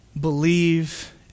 believe